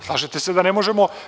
Slažete se da ne možemo?